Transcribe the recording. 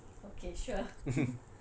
okay sure